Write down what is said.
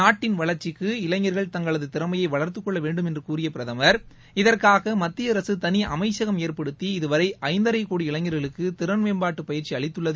நாட்டின் வளர்ச்சிக்கு இளைஞர்கள் தங்களது திறமையை வளர்த்துக்கொள்ள வேண்டும் என்று கூறிய பிரதமா் இதற்காக மத்திய அரசு தளி அமைச்சகம் ஏற்படுத்தி இதுவரை ஐந்தரை கோடி இளைஞர்களுக்கு திறன் மேம்பாட்டு பயிற்சி அளித்துள்ளது